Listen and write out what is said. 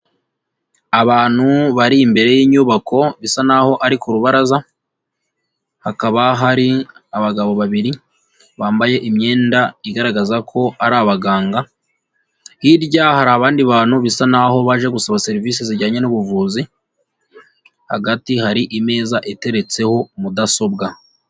Abantu bari imbere y'inyubako bisa naho ari ku rubaraza. Hakaba hari abagabo babiri bambaye imyenda igaragaza ko ari abaganga. Hirya hari abandi bantu bisa naho baje gusaba serivisi zijyanye n'ubuvuzi. Hagati hari imeza iteretseho mudasobwa.